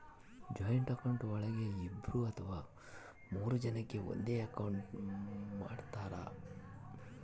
joint account ಒಳಗ ಇಬ್ರು ಅಥವಾ ಮೂರು ಜನಕೆ ಒಂದೇ ಅಕೌಂಟ್ ಮಾಡಿರ್ತರಾ